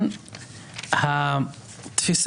תודה.